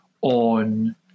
on